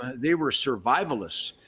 they were survivalists.